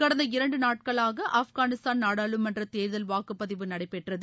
கடந்த இரண்டு நாட்களாக ஆஃப்கானிஸ்தான் நாடாளுமன்றத் தேர்தல் வாக்குப்பதிவு நடைபெற்றது